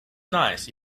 nice